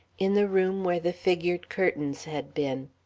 in the room where the figured curtains had been.